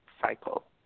cycle